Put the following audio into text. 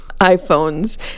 iPhones